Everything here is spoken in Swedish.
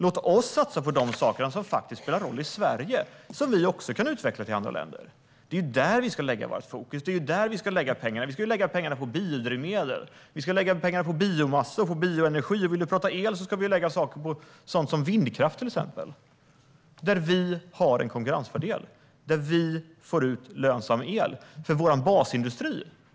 Låt oss satsa på det som spelar roll i Sverige och som vi också kan utveckla i andra länder! Det är där som vi ska lägga vårt fokus och våra pengar. Vi ska lägga pengarna på biodrivmedel, biomassa och bioenergi. När det gäller el ska vi lägga pengarna på sådant som vindkraft, där vi har en konkurrensfördel och får ut lönsam el för vår basindustri.